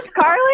Carly